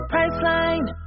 Priceline